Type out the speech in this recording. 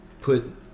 put